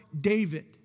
David